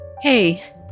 Hey